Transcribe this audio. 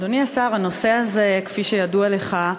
אדוני השר, הנושא הזה, כפי שידוע לך,